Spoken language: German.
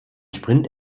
sprint